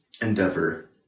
endeavor